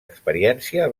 experiència